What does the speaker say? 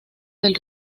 del